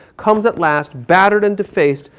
comes at last, battered and defaced,